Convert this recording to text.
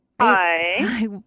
Hi